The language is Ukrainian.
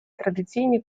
традиційні